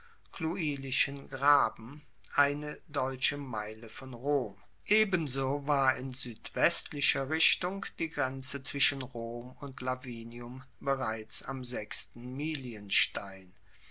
cluilischen graben eine deutsche meile von rom ebenso war in suedwestlicher richtung die grenze zwischen rom und lavinium bereits am sechsten